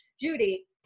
Judy